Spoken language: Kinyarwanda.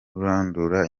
kurandura